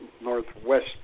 northwest